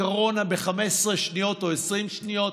קורונה ב-15 שניות או 20 שניות.